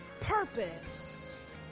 purpose